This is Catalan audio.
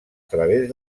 través